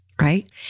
right